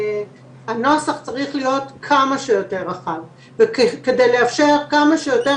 הנוסח צריך להיות כמה שיותר רחב כדי לאפשר כמה שיותר